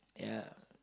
yeah